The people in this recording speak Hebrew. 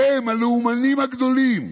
אתם הלאומנים הגדולים,